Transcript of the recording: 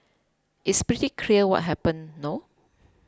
it's pretty clear what happened no